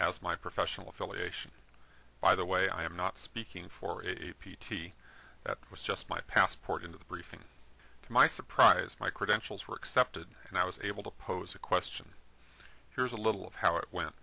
as my professional affiliation by the way i am not speaking for a p t that was just my passport into the briefing to my surprise my credentials were accepted and i was able to pose a question here's a little of how it went